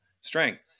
strength